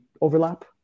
overlap